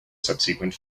subsequent